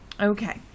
Okay